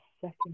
second